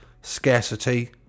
scarcity